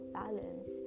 balance